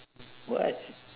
what